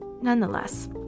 Nonetheless